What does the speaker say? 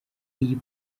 iyi